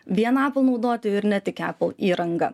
vien apple naudoti ir ne tik apple įrangą